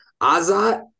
Azat